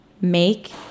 make